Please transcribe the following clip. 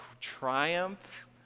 triumph